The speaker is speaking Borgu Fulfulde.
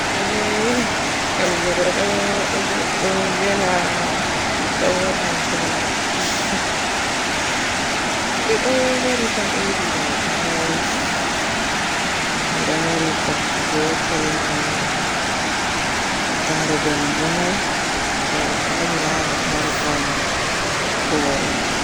Lallay emugo ɗo ɗo vele ɗo wanam mi jaala. Miɗo maari padeji nogas, mi ɗo maaro koppi gotel, ndarugon bo noy? Darogo haa mi laara darugo am go'o on tan.